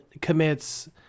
commits